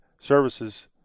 services